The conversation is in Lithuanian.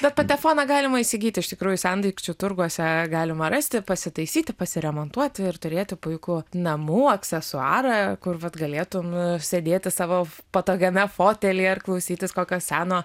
bet patefoną galima įsigyti iš tikrųjų sendaikčių turguose galima rasti pasitaisyti pasiremontuoti ir turėti puikų namų aksesuarą kur vat galėtum sėdėti savo patogiame fotelyje ar klausytis kokio seno